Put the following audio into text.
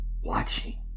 watching